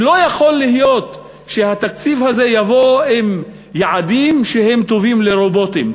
שלא יכול להיות שהתקציב הזה יבוא עם יעדים שהם טובים לרובוטים.